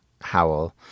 Howell